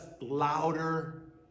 louder